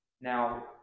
now